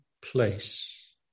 place